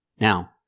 Now